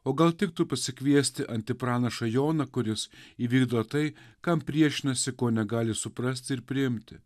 o gal tiktų pasikviesti anti pranašą joną kuris įvykdo tai kam priešinasi ko negali suprasti ir priimti